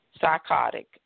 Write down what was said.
psychotic